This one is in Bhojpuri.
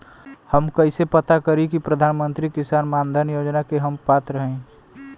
हम कइसे पता करी कि प्रधान मंत्री किसान मानधन योजना के हम पात्र हई?